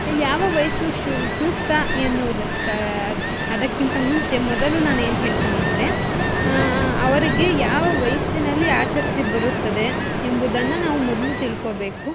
ಯಾವ ವಯಸ್ಸು ಶು ಸೂಕ್ತ ಎನುವುದಕ್ಕಾದ ಅದಕ್ಕಿಂತ ಮುಂಚೆ ಮೊದಲು ಏನು ಹೇಳ್ತಿನಿ ಅಂದರೆ ಅವರಿಗೆ ಯಾವ ವಯಸ್ಸಿನಲ್ಲಿ ಆಸಕ್ತಿ ಬರುತ್ತದೆ ಎಂಬುದನ್ನು ನಾವು ಮೊದ್ಲು ತಿಳ್ಕೊಬೇಕು